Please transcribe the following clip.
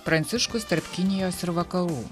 pranciškus tarp kinijos ir vakarų